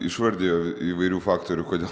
išvardijo įvairių faktorių kodėl